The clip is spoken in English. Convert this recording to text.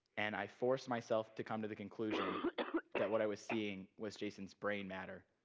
and i force myself to come to the conclusion that what i was seeing was jason's brain matter